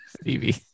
Stevie